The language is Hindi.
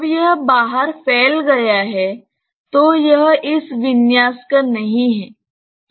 जब यह बाहर फैल गया है तो यह इस विन्यास का नहीं है